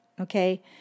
Okay